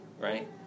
right